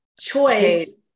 choice